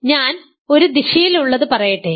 അതിനാൽ ഞാൻ ഒരു ദിശയിൽ ഉള്ളത് പറയട്ടെ